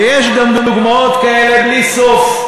ויש גם דוגמאות כאלה, בלי סוף.